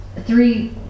three